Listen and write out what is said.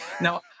Now